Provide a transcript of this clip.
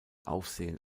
aufsehen